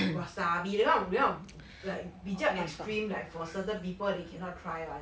wasabi 比较比较 like 比较 extreme like for certain people that did not try lah